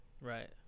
Right